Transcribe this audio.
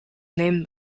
named